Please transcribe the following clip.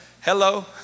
Hello